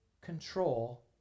control